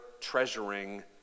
treasuring